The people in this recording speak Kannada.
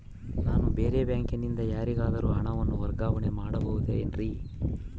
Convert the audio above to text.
ನಾನು ಬೇರೆ ಬ್ಯಾಂಕಿನಿಂದ ಯಾರಿಗಾದರೂ ಹಣವನ್ನು ವರ್ಗಾವಣೆ ಮಾಡಬಹುದೇನ್ರಿ?